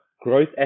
growth